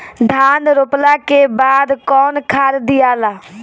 धान रोपला के बाद कौन खाद दियाला?